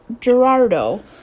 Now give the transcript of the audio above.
Gerardo